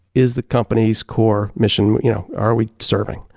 is the company's core mission you know are we serving?